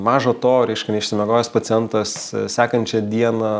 maža to reiškia neišsimiegojęs pacientas sekančią dieną